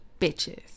bitches